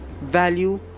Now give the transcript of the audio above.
value